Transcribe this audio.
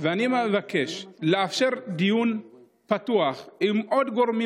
אני מבקש לאפשר דיון פתוח עם עוד גורמים